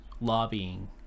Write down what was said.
Lobbying